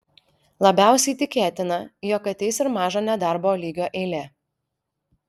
labiausiai tikėtina jog ateis ir mažo nedarbo lygio eilė